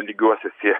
lygiuosis į